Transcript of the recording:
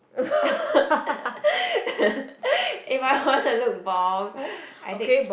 if I wanna look bomb I take